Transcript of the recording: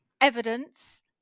evidence